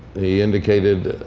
he indicated,